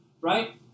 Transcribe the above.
right